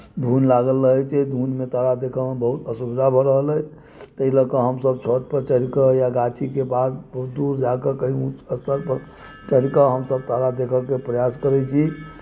धुनि लागल रहै छै धुनिमे तारा देखयमे बहुत असुविधा भऽ रहल अइ ताहि लऽ कऽ हमसभ छतपर चढ़ि कऽ या गाछीके पास बहुत दूर जा कऽ करीब पत्त्थलपर चढ़ि कऽ हमसभ तारा देखयके प्रयास करै छी